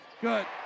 good